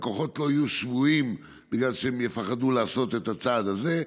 לקוחות לא יהיו שבויים בגלל שהם יפחדו לעשות את הצעד הזה.